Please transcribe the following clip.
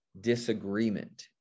disagreement